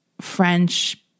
French